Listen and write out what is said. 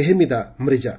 Fahmida Mirza